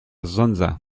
zonza